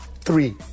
Three